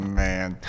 man